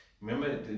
Remember